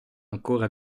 ancora